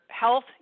health